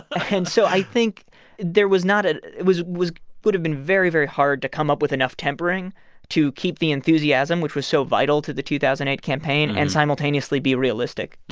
and so i think there was not a it was was would've been very, very hard to come up with enough tempering to keep the enthusiasm, which was so vital to the two thousand and eight campaign, and simultaneously be realistic.